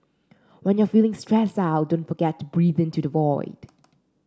when you are feeling stressed out don't forget to breathe into the void